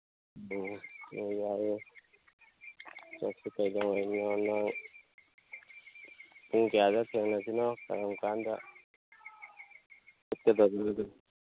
ꯑꯣ ꯑꯣ ꯌꯥꯏ ꯌꯥꯏ ꯆꯠꯄ ꯀꯩꯗꯧꯉꯩꯅꯣ ꯑꯃ ꯄꯨꯡ ꯀꯌꯥ ꯊꯦꯡꯅꯗꯣꯏꯅꯣ ꯀꯔꯝꯀꯥꯟꯗ ꯆꯠꯀꯗꯝꯅꯣꯗꯨ